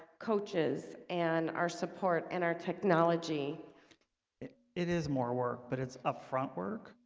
coaches and our support and our technology it it is more work, but it's upfront work.